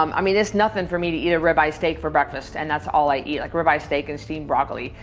um i mean, there's nothing for me to eat a ribeye steak for breakfast. and that's all i eat. like ribeye steak and steamed broccoli.